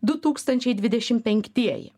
du tūkstančiai dvidešim penktieji